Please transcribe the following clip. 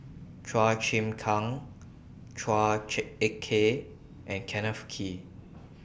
Chua Chim Kang Chua Ek Kay and Kenneth Kee